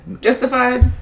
Justified